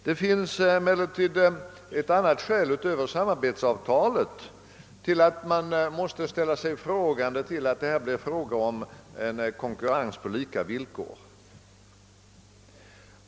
Det finns emellertid ett annat skäl utöver det som avser samarbetsavtalet som gör att man måste ifrågasätta att det här kan bli fråga om en konkurrens på lika villkor.